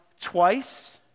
twice